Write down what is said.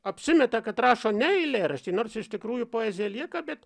apsimeta kad rašo ne eilėraštį nors iš tikrųjų poezija lieka bet